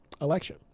election